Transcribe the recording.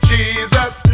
Jesus